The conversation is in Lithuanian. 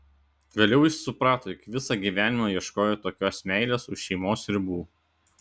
vėliau jis suprato jog visą gyvenimą ieškojo tokios meilės už šeimos ribų